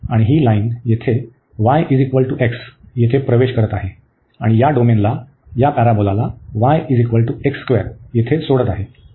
आणि ही लाईन येथे y x येथे प्रवेश करीत आहे आणि या डोमेनला या पॅराबोलाला y येथे सोडत आहेत